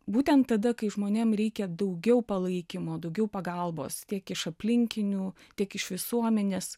būtent tada kai žmonėm reikia daugiau palaikymo daugiau pagalbos tiek iš aplinkinių tiek iš visuomenės